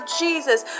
jesus